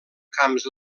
camps